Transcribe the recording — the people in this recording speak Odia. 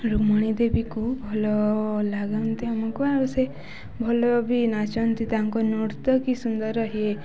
ରୁମଣି ଦେବୀକୁ ଭଲ ଲାଗନ୍ତି ଆମକୁ ଆଉ ସେ ଭଲ ବି ନାଚନ୍ତି ତାଙ୍କ ନୃତ୍ୟ ତ କି ସୁନ୍ଦର ହେଇ